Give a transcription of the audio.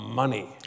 money